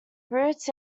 roots